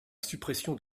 suppression